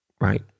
right